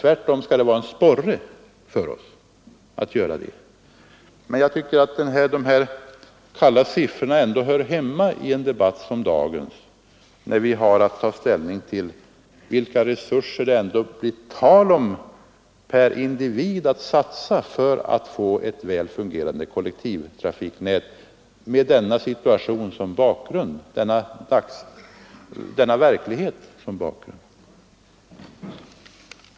Tvärtom bör siffrorna vara en sporre för oss. Men jag tycker att dessa kalla siffror ändå hör hemma i dagens debatt när vi skall ta ställning till vilka resurser vi med denna verklighet som bakgrund skall satsa per individ på ett väl fungerande kollektivtrafiknät.